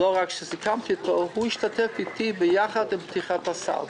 ולא רק זאת הוא השתתף אתי ביחד בפתיחת הסל,